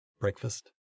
Breakfast